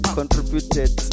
contributed